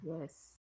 Yes